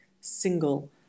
single